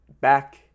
back